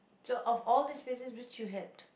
so of all these places which you had